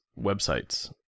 websites